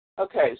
Okay